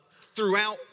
throughout